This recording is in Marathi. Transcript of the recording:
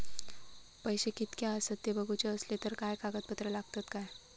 पैशे कीतके आसत ते बघुचे असले तर काय कागद पत्रा लागतात काय?